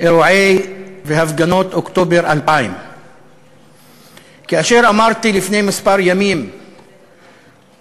אירועי והפגנות אוקטובר 2000. כאשר אמרתי לפני כמה ימים שהמספר,